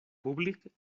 públic